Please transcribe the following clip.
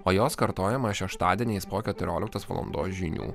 o jos kartojimą šeštadieniais po keturioliktos valandos žinių